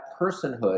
personhood